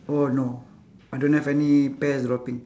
oh no I don't have any pears dropping